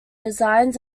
designs